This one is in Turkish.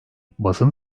basın